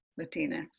Latinx